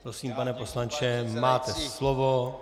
Prosím, pane poslanče, máte slovo.